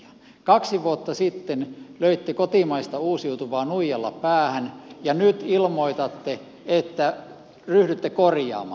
kaksi vuotta sitten löitte kotimaista uusiutuvaa nuijalla päähän ja nyt ilmoitatte että ryhdytte korjaamaan